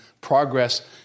progress